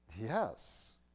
Yes